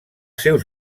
seus